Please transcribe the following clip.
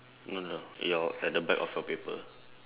no no your at the back of your paper